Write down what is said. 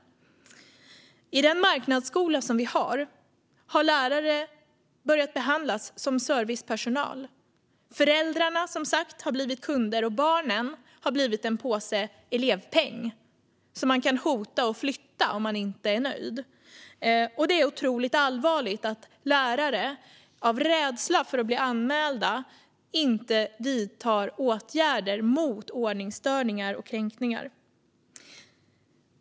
Lärare har i den marknadsskola som vi har börjat behandlas som servicepersonal. Föräldrarna har, som sagt, blivit kunder. Och barnen har blivit en påse elevpeng som föräldrarna kan hota med att flytta om de inte är nöjda. Det är otroligt allvarligt att lärare av rädsla för att bli anmälda inte vidtar åtgärder mot ordningsstörningar och kränkningar.